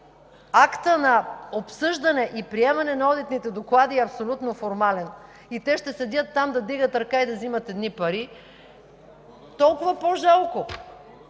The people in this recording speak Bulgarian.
актът на обсъждане и приемане на одитните доклади е абсолютно формален и те ще седят там да вдигат ръка и да взимат едни пари, толкова по-жалко.